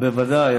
בוודאי.